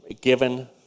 Given